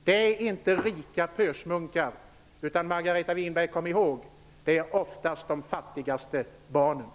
Det är inte rika pösmunkar. Det är oftast de fattigaste, barnen. Kom ihåg det, Margareta Winberg!